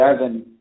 seven